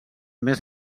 més